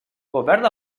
cobert